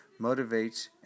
motivates